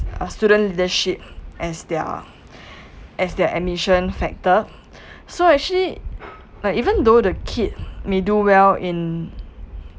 a student leadership as their as their admission factor so actually like even though the kid may do well in